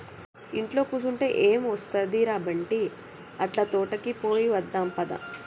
ఇంట్లో కుసంటే ఎం ఒస్తది ర బంటీ, అట్లా తోటకి పోయి వద్దాం పద